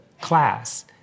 class